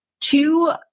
two